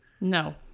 No